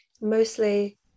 mostly